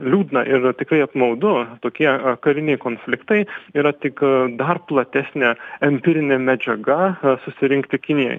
liūdna ir tikrai apmaudu tokie kariniai konfliktai yra tik dar platesnė empirinė medžiaga susirinkti kinijoj